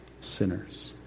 sinners